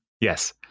Yes